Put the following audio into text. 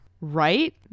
right